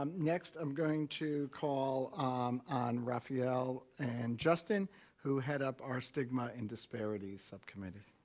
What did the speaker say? um next i'm going to call on rafael and justin who head up our stigma and disparities subcommittee.